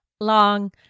long